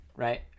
Right